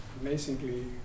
amazingly